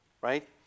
right